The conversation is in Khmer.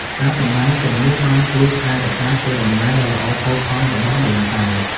ការសម្តែងទាំងនោះបានជួយថែរក្សាកេរដំណែលដ៏ល្អផូរផង់របស់ដូនតា។